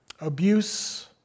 abuse